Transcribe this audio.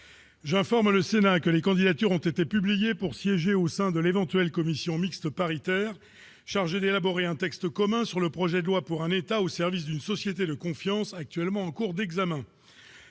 informé le Sénat que les candidatures ont été publiés pour siéger au sein de l'éventuelle commission mixte paritaire chargée d'élaborer un texte commun sur le projet de loi pour un État au service d'une société de confiance actuellement en cours d'examen